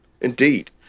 Indeed